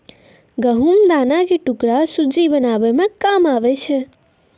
गहुँम दाना के टुकड़ा सुज्जी बनाबै मे काम आबै छै